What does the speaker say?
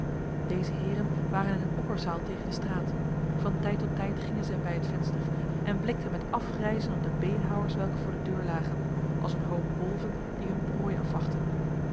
deze heren waren in een opperzaal tegen de straat van tijd tot tijd gingen zij bij het venster en blikten met afgrijzen op de beenhouwers welke voor de deur lagen als een hoop wolven die hun prooi afwachten